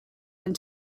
and